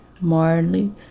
Marley